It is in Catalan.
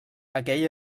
aquell